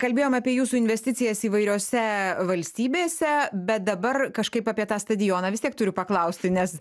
kalbėjom apie jūsų investicijas įvairiose valstybėse bet dabar kažkaip apie tą stadioną vis tiek turiu paklausti nes